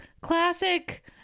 classic